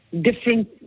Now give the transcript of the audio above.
different